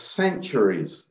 centuries